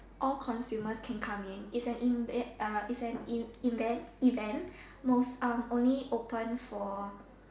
all consumers can come it's an event uh it's an invent event most um only open for